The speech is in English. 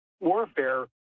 warfare